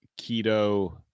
keto